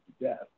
death